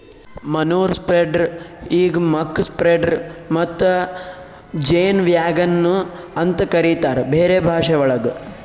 manure spreader ಈಗ್ muck spreader ಮತ್ತ ಜೇನ್ ವ್ಯಾಗನ್ ನು ಅಂತ ಕರಿತಾರ್ ಬೇರೆ ಭಾಷೆವಳಗ್